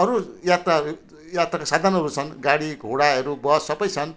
अरू यात्राहरू यात्रा साधनहरू छन् गाडी घोडाहरू बस सबै छन्